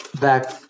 back